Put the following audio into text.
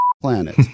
planet